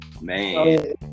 Man